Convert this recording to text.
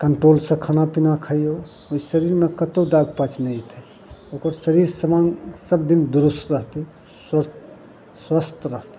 कंट्रोलसँ खाना पीना खइयौ जे शरीरमे कतौ दाग पाच नहि होयत ओकर शरीर समाँग सब दिन दुरुस्त रहतय स्वस्थ स्वस्थ रहतय